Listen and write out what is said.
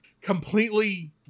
completely